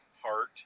heart